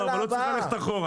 אבל לא צריך ללכת אחורה.